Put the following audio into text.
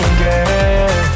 girl